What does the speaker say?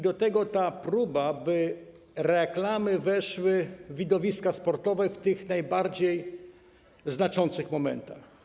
Do tego ta próba, by reklamy weszły w widowiska sportowe w tych najbardziej znaczących momentach.